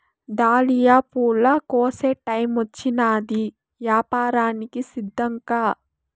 dahlia పూల కోసే టైమొచ్చినాది, యాపారానికి సిద్ధంకా